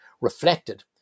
reflected